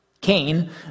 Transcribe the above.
Cain